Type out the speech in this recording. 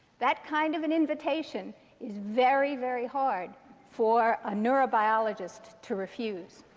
that kind of an invitation is very, very hard for a neurobiologist to refuse.